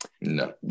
No